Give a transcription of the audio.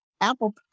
Apple